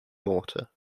mortar